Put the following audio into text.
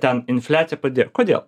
ten infliacija padėjo kodėl